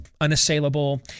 unassailable